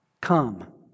Come